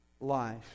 life